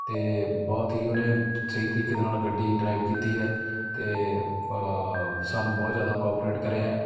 ਅਤੇ ਬਹੁਤ ਹੀ ਉਹਨੇ ਸਹੀ ਤਰੀਕੇ ਦੇ ਨਾਲ ਗੱਡੀ ਡਰਾਈਵ ਕੀਤੀ ਹੈ ਅਤੇ ਸਾਨੂੰ ਬਹੁਤ ਜ਼ਿਆਦਾ ਕੋਪਰੇਟ ਕਰਿਆ